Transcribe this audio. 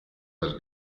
dal